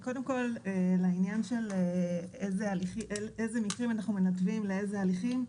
לעניין של איזה מקרים אנחנו מנתבים לאיזה הליכים.